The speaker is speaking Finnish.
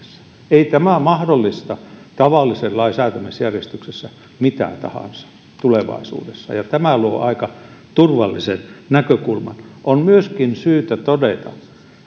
ei tämä mahdollista tavallisen lain säätämisjärjestyksessä mitä tahansa tulevaisuudessa ja tämä luo aika turvallisen näkökulman on myöskin syytä todeta